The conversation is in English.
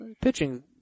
Pitching